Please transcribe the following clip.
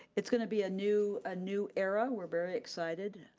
it's gonna be a new ah new era. we're very excited.